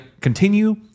continue